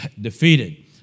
defeated